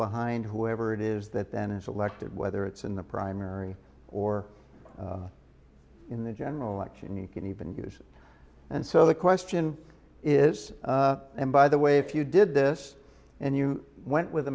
behind whoever it is that then is elected whether it's in the primary or in the general election you can even use and so the question is and by the way if you did this and you went with